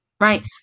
right